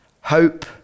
hope